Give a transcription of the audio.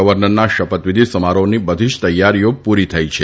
ગવર્નરના શપથ વિધી સમારોહની બધી જ તૈયારીઓ પુરી થઇ છે